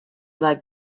like